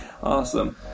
Awesome